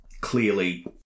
clearly